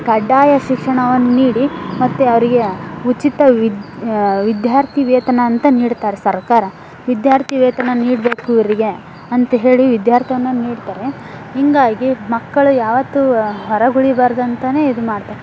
ಕಡ್ಡಾಯ ಶಿಕ್ಷಣವನ್ನು ನೀಡಿ ಮತ್ತು ಅವರಿಗೆ ಉಚಿತ ವಿದ್ ವಿದ್ಯಾರ್ಥಿ ವೇತನ ಅಂತ ನೀಡ್ತಾರೆ ಸರ್ಕಾರ ವಿದ್ಯಾರ್ಥಿವೇತನ ನೀಡಬೇಕು ಇವರಿಗೆ ಅಂತ ಹೇಳಿ ವಿಧ್ಯಾರ್ತನವನ್ನು ನೀಡ್ತಾರೆ ಹಿಂಗಾಗಿ ಮಕ್ಕಳು ಯಾವತ್ತೂ ಹೊರಗೆ ಉಳಿಬಾರ್ದು ಅಂತಲೇ ಇದು ಮಾಡ್ತಾ